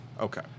Okay